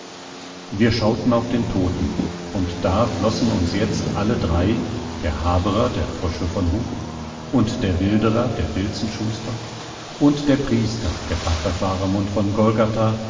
wir schauten auf den toten und da flössen uns jetzt alle drei der haberer der fröschel von hub und der wilderer der filzenschuster und der priester der pater faramund von golgatha